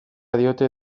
diote